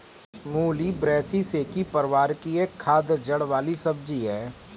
मूली ब्रैसिसेकी परिवार की एक खाद्य जड़ वाली सब्जी है